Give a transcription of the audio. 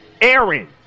Aaron